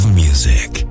music